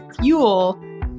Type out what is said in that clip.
fuel